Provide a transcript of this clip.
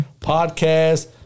Podcast